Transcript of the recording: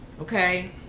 okay